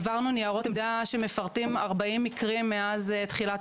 העברנו ניירות עמדה שמפרטים ארבעים מקרים מאז תחילת